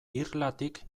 irlatik